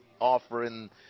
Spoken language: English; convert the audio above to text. offering